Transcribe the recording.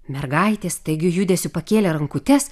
mergaitė staigiu judesiu pakėlė rankutes